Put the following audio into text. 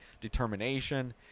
determination